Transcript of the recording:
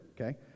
okay